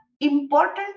important